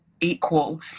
equal